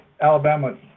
Alabama